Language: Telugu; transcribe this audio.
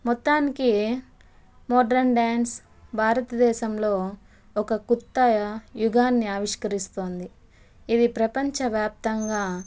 మొత్తానికి మోడ్రన్ డ్యాన్స్ భారతదేశంలో ఒక కొత్త యుగాన్ని ఆవిష్కరిస్తోంది ఇది ప్రపంచవ్యాప్తంగా